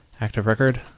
ActiveRecord